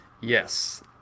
Yes